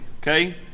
okay